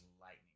lightning